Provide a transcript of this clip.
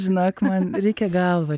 žinok man reikia galvą